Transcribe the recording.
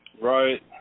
Right